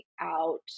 out